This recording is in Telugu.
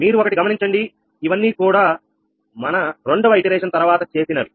మీరు ఒకటి గమనించండి ఇవన్నీ కూడా మనం రెండవ పునరుక్తి తర్వాత చేసినవి